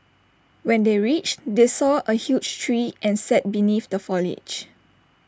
when they reached they saw A huge tree and sat beneath the foliage